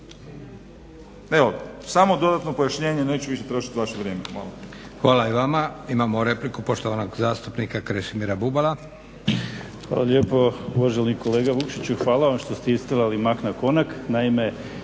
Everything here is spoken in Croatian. Evo samo dodatno pojašnjenje, neću više trošit vaše vrijeme.